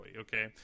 okay